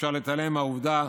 אי-אפשר להתעלם מהעובדה